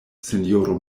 sinjoro